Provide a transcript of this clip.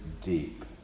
deep